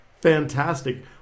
Fantastic